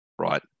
right